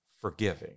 forgiving